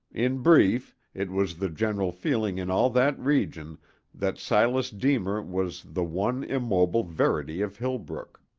in brief, it was the general feeling in all that region that silas deemer was the one immobile verity of hillbrook,